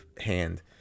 hand